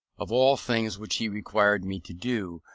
of all things which he required me to do,